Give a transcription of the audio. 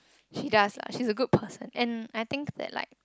she does lah she's a good person and I think that like